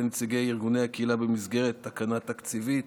נציגי ארגוני הקהילה במסגרת תקנה תקציבית,